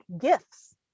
gifts